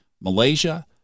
Malaysia